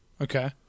Okay